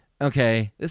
okay